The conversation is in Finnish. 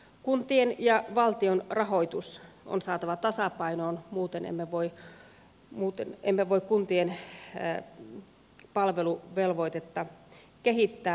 kuntien ja valtion rahoitus on saatava tasapainoon muuten emme voi kun tien palveluvelvoitetta kehittää